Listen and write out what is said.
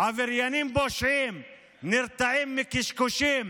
עבריינים, פושעים, נרתעים מקשקושים